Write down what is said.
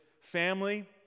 family